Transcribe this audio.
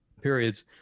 periods